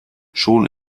schon